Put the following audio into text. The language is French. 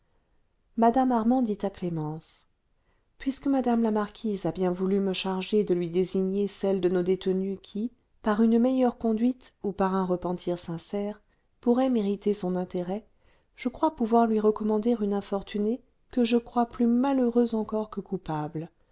mme armand dit à clémence puisque madame la marquise a bien voulu me charger de lui désigner celles de nos détenues qui par une meilleure conduite ou par un repentir sincère pourraient mériter son intérêt je crois pouvoir lui recommander une infortunée que je crois plus malheureuse encore que coupable